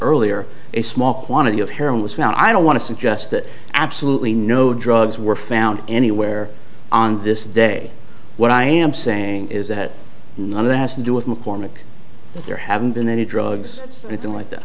earlier a small quantity of heroin was found i don't want to suggest that absolutely no drugs were found anywhere on this day what i am saying is that none of that has to do with mccormack that there haven't been any drugs anything like th